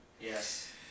Yes